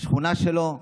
בשכונה שלו,